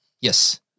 Yes